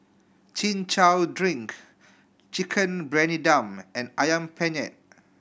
Chin Chow drink Chicken Briyani Dum and Ayam Penyet